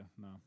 no